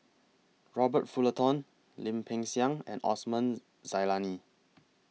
Robert Fullerton Lim Peng Siang and Osman Zailani